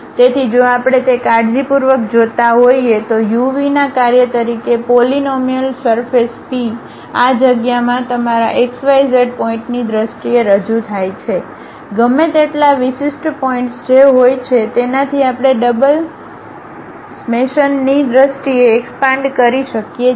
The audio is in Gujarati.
તેથી જો આપણે તે કાળજીપૂર્વક જોતા હોઈએ તો uv ના કાર્ય તરીકે પોલીનોમીઅલ સરફેસ P આ જગ્યામાં તમારા x y z પોઇન્ટની દ્રષ્ટિએ રજૂ થાય છે ગમે તેટલા વિશિષ્ટ પોઇન્ટ્સ જે હોય છે તેનાથી આપણે ડબલ સમેશનની દ્રષ્ટિએ એકસપાનડ કરી શકીએ છીએ